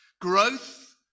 Growth